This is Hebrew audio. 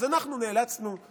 אז אנחנו נאלצנו,